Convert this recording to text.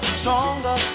stronger